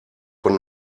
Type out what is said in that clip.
von